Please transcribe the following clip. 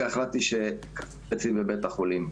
החלטתי שאני רוצה את זה אצלי בבית החולים.